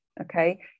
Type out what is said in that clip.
okay